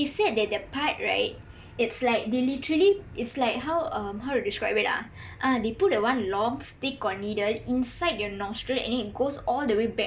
they said that the part right it's like they literally is like how um how to desribe it ah ah they put the one long stick or needle inside your nostril and then it goes all the way back